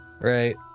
Right